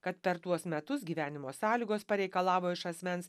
kad per tuos metus gyvenimo sąlygos pareikalavo iš asmens